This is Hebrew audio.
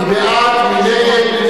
מי בעד?